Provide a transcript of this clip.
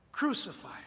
Crucify